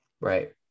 Right